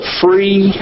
free